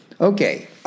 Okay